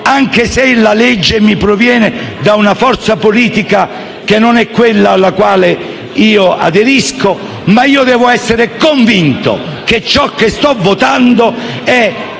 anche se proviene da una forza politica diversa da quella alla quale io aderisco, ma devo essere convinto che ciò che sto votando